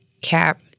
Cap